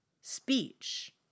speech